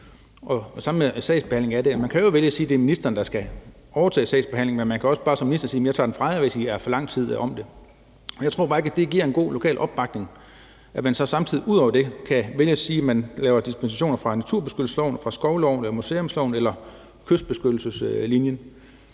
gælder med sagsbehandlingen af det. Man kan jo vælge at sige, at det er ministeren, der skal overtage sagsbehandlingen, men ministeren kan også bare sige: Jeg tager den fra jer, hvis I er for lang tid om det. Jeg tror bare ikke, at det giver en god lokal opbakning, at man samtidig ud over det kan vælge at sige, at man laver dispensationer fra naturbeskyttelsesloven, skovloven, museumsloven eller kystbeskyttelseslinjen.